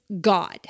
God